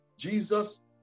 Jesus